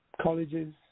colleges